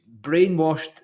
brainwashed